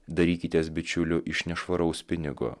darykitės bičiulių iš nešvaraus pinigo